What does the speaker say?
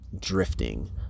drifting